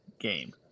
game